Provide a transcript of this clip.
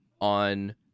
on